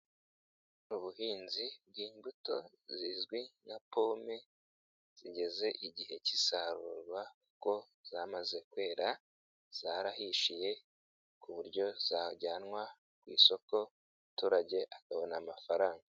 Ubuhinzi bw'imbuto zizwi na pome, zigeze igihe cy'isarurwa kuko zamaze kwera zarahishiye ku buryo zajyanwa ku isoko umuturage akabona amafaranga.